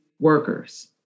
workers